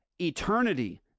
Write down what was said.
eternity